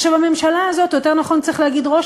הממשלה הזאת או יותר נכון צריך להגיד ראש